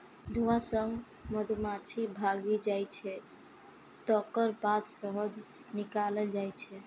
धुआं सं मधुमाछी भागि जाइ छै, तकर बाद शहद निकालल जाइ छै